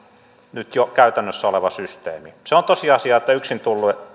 nyt jo käytännössä oleva systeemi se on tosiasia että